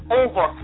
over